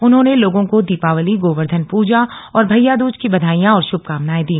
उन्होंने लोगों को दीपावली गोवर्धन प्रजा और भैयाद्रज की बधाइयां और श्भकामनाएं दी